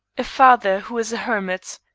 a father who is a hermit.